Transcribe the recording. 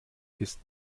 ist